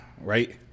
right